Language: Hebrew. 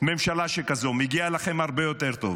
ממשלה שכזאת, מגיע לכם הרבה יותר טוב.